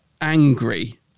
angry